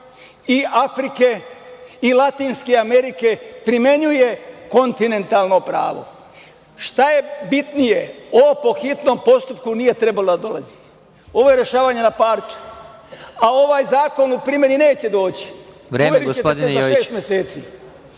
i Afrike i Latinske Amerike primenjuju kontinentalno pravo. Šta je bitnije? Ovo po hitnom postupku nije trebalo da dođe. Ovo je rešavanje na parče, a ovaj zakon u primenu neće doći, primeniće se tek za šest meseci.